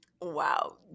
Wow